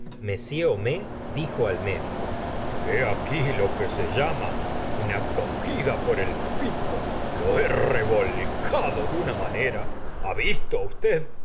m h omais dijo al módico hé aqui lo que se llama una cogida por el pico lo he revolcado de una manera ha visto usted